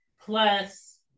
Plus